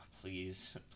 please